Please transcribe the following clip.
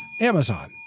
Amazon